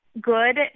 good